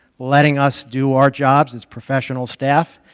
letting us do our jobs as professional staff,